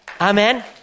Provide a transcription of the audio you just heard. Amen